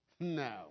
No